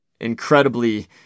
incredibly